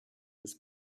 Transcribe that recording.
his